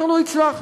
אנחנו הצלחנו,